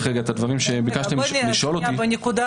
13:46) אני רוצה לדייק בנקודה